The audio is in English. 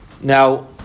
Now